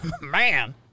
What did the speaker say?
man